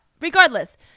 regardless